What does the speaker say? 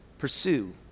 pursue